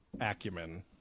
acumen